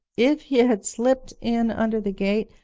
if he had slipped in under the gate,